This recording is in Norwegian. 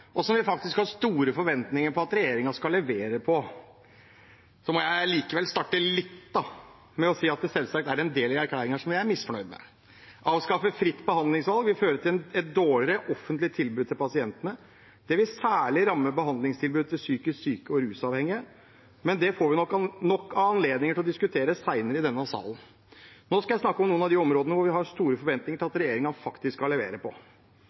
og som vi faktisk har store forventninger til at regjeringen skal levere på. Jeg må likevel starte med å si at det selvsagt er en del i erklæringen som vi er misfornøyd med. Å avskaffe fritt behandlingsvalg vil føre til et dårligere offentlig tilbud til pasientene. Det vil særlig ramme behandlingstilbudet til psykisk syke og rusavhengige. Men det får vi nok av anledninger til å diskutere senere i denne salen. Nå skal jeg snakke om noen av de områdene som vi har store forventninger til at regjeringen faktisk skal levere på.